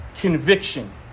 conviction